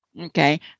okay